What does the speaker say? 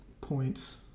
points